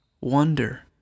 wonder